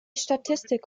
statistik